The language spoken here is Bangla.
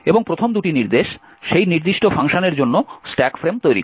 এবং প্রথম দুটি নির্দেশ সেই নির্দিষ্ট ফাংশনের জন্য স্ট্যাক ফ্রেম তৈরি করে